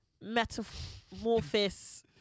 metamorphosis